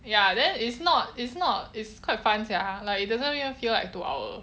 ya then it's not it's not it's quite fun sia like it doesn't even feel like two hour